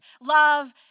love